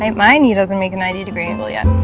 um my knee doesn't make a ninety degree angle yet